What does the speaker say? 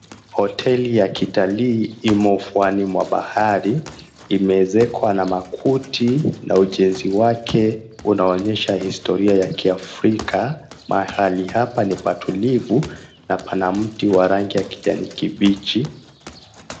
Hoteli ya kitalii imo ufuoni mwa bahari imeezekwa na makuti na ujenzi wake unaonyesha historia ya kiafrika. Mahali hapa ni patulivu na pana mti wa rangi ya kijani kibichi.